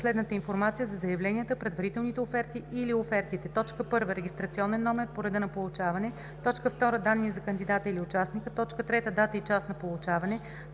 следната информация за заявленията, предварителните оферти или офертите: 1. регистрационен номер по реда на получаването; 2. данни за кандидата или участника; 3. дата и час на получаване;